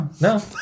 No